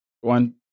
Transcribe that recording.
One